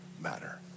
matter